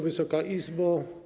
Wysoka Izbo!